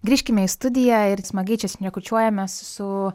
grįžkime į studiją ir smagiai čia šnekučiuojamės su